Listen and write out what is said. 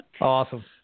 Awesome